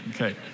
okay